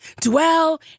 dwell